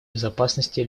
безопасности